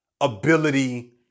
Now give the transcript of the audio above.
ability